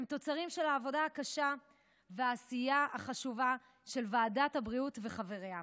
הם תוצרים של העבודה הקשה והעשייה החשובה של ועדת הבריאות וחבריה.